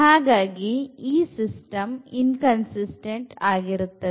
ಹಾಗಾಗಿ ಈ system inconsistent ಆಗಿರುತ್ತದೆ